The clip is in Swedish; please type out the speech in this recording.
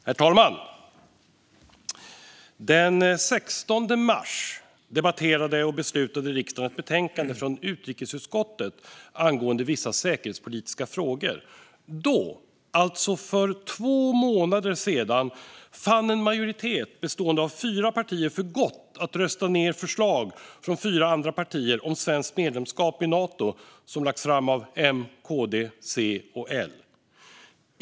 Herr talman! Den 16 mars debatterade och beslutade riksdagen om ett betänkande från utrikesutskottet angående vissa säkerhetspolitiska frågor. Då, alltså för två månader sedan, fann en majoritet bestående av fyra partier för gott att rösta ned förslag som lagts fram från fyra andra partier - M, KD, C och L - om svenskt medlemskap i Nato.